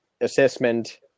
assessment